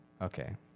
Okay